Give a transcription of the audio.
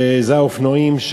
וזה האופנועים,